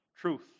truth